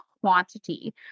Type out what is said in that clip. quantity